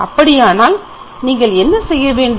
அப்படியானால் நீங்கள் என்ன செய்ய வேண்டும்